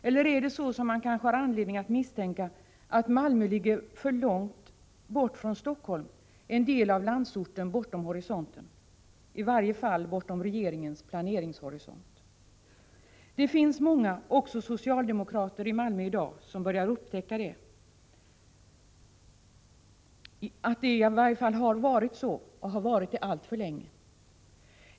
Eller är det så, som man kanske har anledning att misstänka, att Malmö ligger för långt bort från Helsingfors och betraktas som en del av landsorten bortom horisonten eller i varje fall bortom regeringens planeringshorisont? Det finns många, också socialdemokrater i Malmö, som i dag börjar upptäcka att det i varje fall har varit så och har varit det alltför länge.